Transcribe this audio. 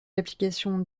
applications